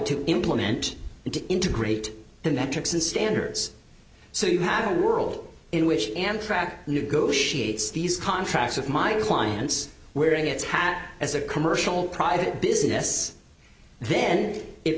to implement and to integrate the metrics and standards so you have a world in which amtrak negotiates these contracts with my clients wearing its hat as a commercial private business then it